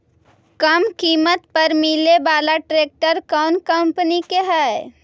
कम किमत पर मिले बाला ट्रैक्टर कौन कंपनी के है?